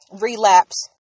relapse